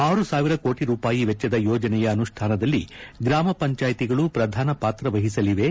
ಆರು ಸಾವಿರ ಕೋಟಿ ರೂಪಾಯಿ ವೆಚ್ಚದ ಯೋಜನೆಯ ಅನುಷ್ಠಾನದಲ್ಲಿ ಗ್ರಾಮ ಪಂಚಾಯ್ತಿಗಳು ಪ್ರಧಾನ ಪಾತ್ರ ವಹಿಸಲಿವೆ